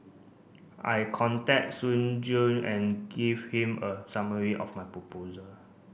I contact Soon Juan and gave him a summary of my proposal